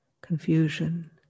confusion